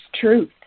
truth